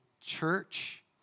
church